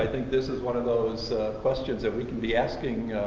think this is one of those questions that we can be asking.